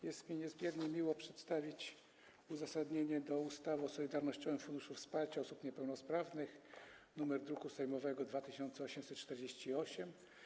Jest mi niezmiernie miło przedstawić uzasadnienie ustawy o Solidarnościowym Funduszu Wsparcia Osób Niepełnosprawnych, druk sejmowy nr 2848.